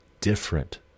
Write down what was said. different